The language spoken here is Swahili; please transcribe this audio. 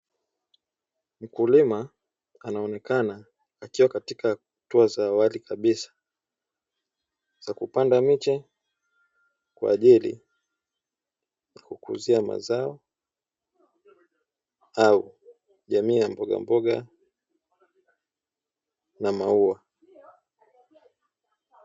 Mkulima anaonekana akiwa katika uzo wa awali kabisa wa kupanda miche, kwa ajili ya kukuzia mazao au jamii ya mboga mboga na maua.